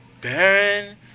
Baron